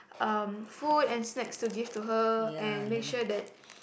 um food and snacks to give to her and make sure that